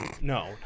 No